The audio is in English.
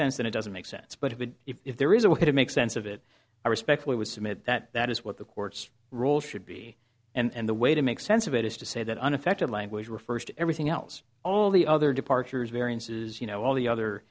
sense that it doesn't make sense but it would if there is a way to make sense of it i respectfully would submit that that is what the court's role should be and the way to make sense of it is to say that unaffected language refers to everything else all the other departures variances you know all the other